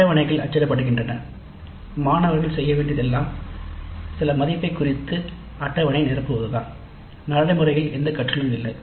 அட்டவணைகள் அச்சிடப்படுகின்றன மாணவர் செய்ய வேண்டியது எல்லாம் சில மதிப்பைக் குறித்து அட்டவணையை நிரப்புவது தான் நடைமுறையில் எந்த கற்றலும் இல்லை